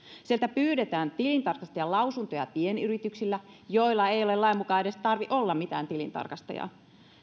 sieltä pyydetään tilintarkastajan lausuntoja pienyrityksiltä joilla ei lain mukaan edes tarvitse olla mitään tilintarkastajaa